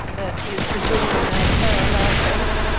that is the jewel in our crown i think.